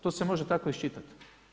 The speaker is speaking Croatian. To se može tako iščitati.